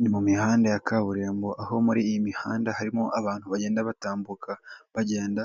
Ni mu mihanda ya kaburimbo aho muri iyi mihanda harimo abantu bagenda batambuka bagenda,